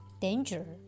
danger